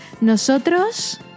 Nosotros